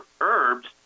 herbs